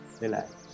Relax